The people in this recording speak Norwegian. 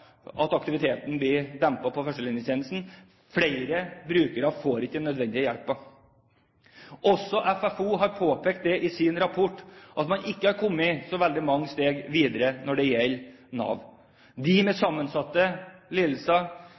at aktiviteten blir dempet på førstelinjetjenesten, og at flere brukere ikke får nødvendig hjelp. Også FFO har påpekt det i sin rapport, at man ikke har kommet så veldig mange steg videre når det gjelder Nav. De med sammensatte lidelser